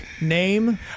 name